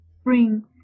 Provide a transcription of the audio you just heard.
spring